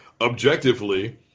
objectively